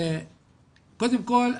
קודם כל,